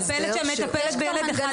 מטפלת שמטפלת בילד אחד.